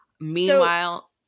Meanwhile